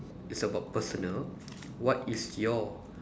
it's about personal what is your